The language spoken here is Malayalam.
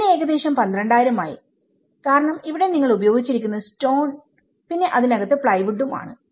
ഇതിന് ഏകദേശം 12000 ആയി കാരണം ഇവിടെ നിങ്ങൾ ഉപയോഗിച്ചിരിക്കുന്നത് സ്റ്റോൺ പിന്നെ അതിനകത്തു പ്ലൈവുഡും ആണ്